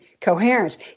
coherence